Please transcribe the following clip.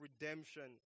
redemption